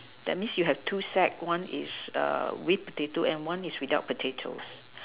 that means you have two sacks one is err with potatoes and one is without potatoes